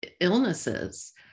illnesses